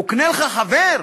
וקנה לך חבר,